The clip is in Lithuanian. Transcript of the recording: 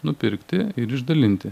nupirkti ir išdalinti